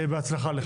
בהצלחה לך.